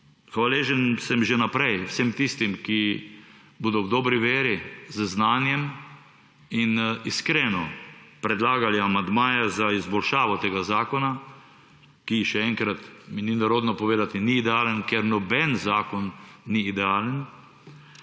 Hvaležen sem že vnaprej vsem tistim, ki bodo v dobri veri, z znanjem in iskreno predlagali amandmaje za izboljšavo tega zakona, ki – še enkrat mi ni nerodno povedati – ni idealen, ker noben zakon ni idealen.